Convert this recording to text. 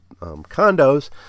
condos